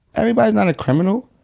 everybody's not a criminal.